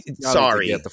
sorry